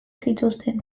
zituzten